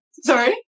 Sorry